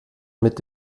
mit